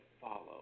follow